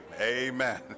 Amen